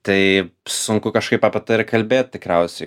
tai sunku kažkaip apie tai ir kalbėt tikriausiai